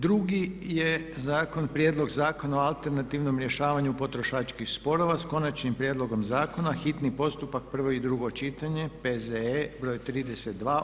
Drugi je Prijedlog zakona o alternativnom rješavanju potrošačkih sporova sa Konačnim prijedlogom Zakona, hitni postupak prvo i drugo čitanje, P.Z.E. br. 32.